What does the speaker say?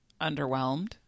underwhelmed